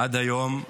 עד היום,